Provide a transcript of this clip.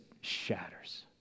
shatters